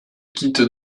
quittent